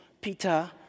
Peter